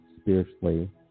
spiritually